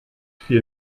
fiel